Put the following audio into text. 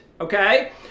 Okay